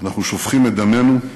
אנחנו שופכים את דמנו,